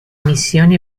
missioni